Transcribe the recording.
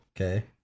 okay